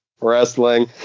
wrestling